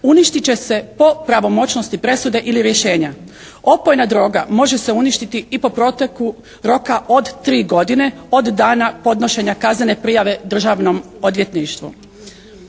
uništit će se po pravomoćnosti presude ili rješenja. Opojna droga može se uništiti i po proteku roka od tri godine, od dana podnošenja kaznene prijave Državnom odvjetništvu."